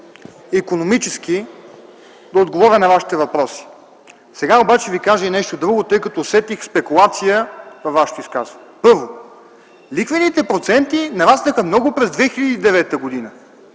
икономически да отговоря на Вашите въпроси. Сега обаче ще Ви кажа и нещо друго, тъй като усетих спекулация във Вашето изказване. Първо: „лихвените проценти нараснаха много през 2009 г”.